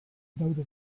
daude